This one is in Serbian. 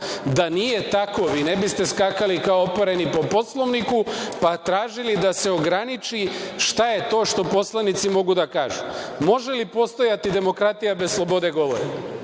Da nije tako vi ne biste skakali kao opareni po Poslovniku, pa tražili da se ograniči šta je to što poslanici mogu da kažu. Da li može da postoji demokratija bez slobode govora?